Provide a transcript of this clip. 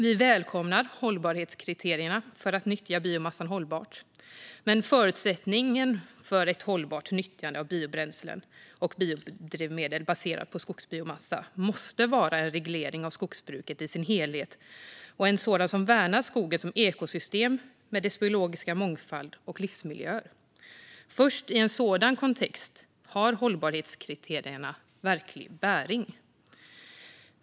Vi välkomnar hållbarhetskriterierna för att nyttja biomassan hållbart, men förutsättningen för ett hållbart nyttjande av biobränslen och biodrivmedel baserat på skogsbiomassa måste vara en reglering av skogsbruket i sin helhet - en reglering som värnar skogen som ekosystem med dess biologiska mångfald och livsmiljöer. Först i en sådan kontext har hållbarhetskriterierna verklig bäring.